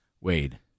Wade